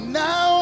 now